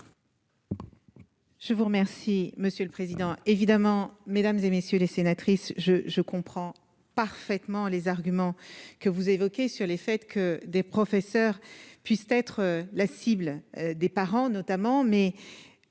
Je vous remercie, Monsieur le Président, évidemment, mesdames et messieurs les sénatrices je je comprends parfaitement les arguments que vous évoquez sur les fêtes que des professeurs puissent être la cible des parents notamment, mais